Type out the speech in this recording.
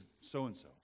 so-and-so